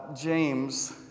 James